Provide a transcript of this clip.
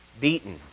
beaten